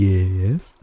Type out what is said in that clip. Yes